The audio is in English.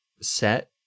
set